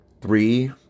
three